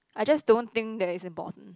I just don't think that's important